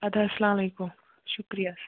اَدٕ حظ سلام علیکُم شُکریہ